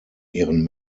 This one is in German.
ihren